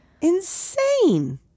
Insane